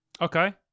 Okay